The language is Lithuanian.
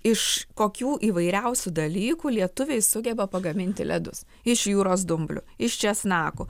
iš kokių įvairiausių dalykų lietuviai sugeba pagaminti ledus iš jūros dumblių iš česnakų